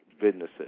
businesses